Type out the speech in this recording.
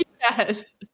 yes